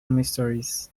mysteries